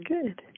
Good